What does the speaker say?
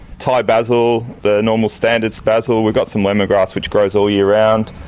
thai basil, the normal standard basil, we've got some lemongrass which grows all year round,